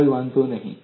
કોઇ વાંધો નહી